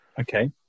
Okay